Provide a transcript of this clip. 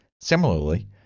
Similarly